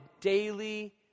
daily